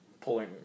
pulling